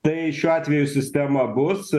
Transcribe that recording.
tai šiuo atveju sistema bus